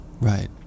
Right